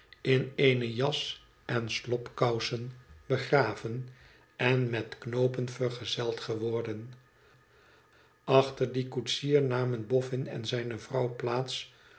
in eene jas en slobkousen begraven en met knoopen verzegeld geworden achter dien koetsier namen boffin en zijne vrouw